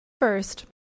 First